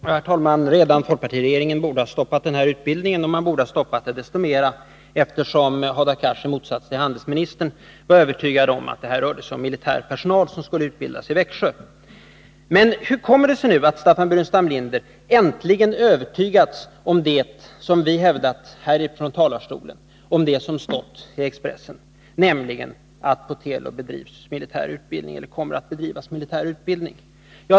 Herr talman! Redan folkpartiregeringen borde ha stoppat den här utbildningen — desto mer som Hadar Cars i motsats till handelsministern var övertygad om att det här rörde sig om militär personal som skulle utbildas i Växjö. Men hur 'kommer det sig nu att Staffan Burenstam Linder äntligen övertygats om det som vi hävdat från den här talarstolen och om det som stått i Expressen, nämligen att det på Telub bedrivs eller kommer att bedrivas militär utbildning?